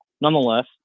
nonetheless